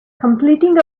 completing